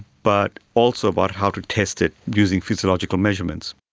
but also about how to test it using physiological measurements.